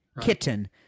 kitten